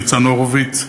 ניצן הורוביץ,